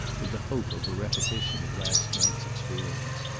with the hope of a repetition of last night's experience.